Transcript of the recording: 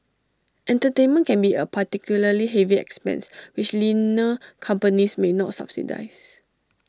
entertainment can be A particularly heavy expense which leaner companies may not subsidise